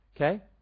okay